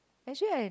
actually I